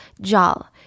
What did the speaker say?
Jal